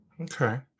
Okay